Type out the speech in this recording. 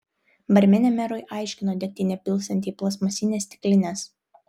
barmenė merui aiškino degtinę pilstanti į plastmasines stiklines